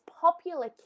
popular